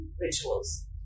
rituals